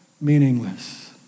meaningless